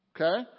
Okay